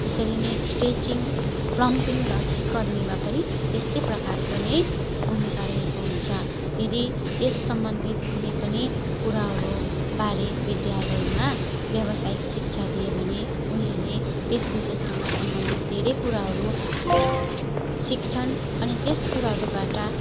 यसरी नै stitching plumbing र सिकर्मीमा पनि त्यस्तै प्रकारको नै भूमिका रहेको हुन्छ यदि यस सम्बन्धित कुनै पनि कुराहरूबारे विद्यालयमा व्यावसायिक शिक्षा दियो भने उनीहरूले त्यस विषयसँग सम्बन्धित धेरै कुराहरू सिक्छन अनि त्यस कुराहरूबाट